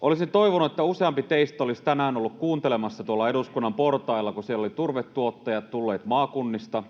Olisin toivonut, että useampi teistä olisi tänään ollut kuuntelemassa tuolla Eduskuntatalon portailla, kun sinne olivat turvetuottajat tulleet maakunnista.